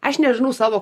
aš nežinau savo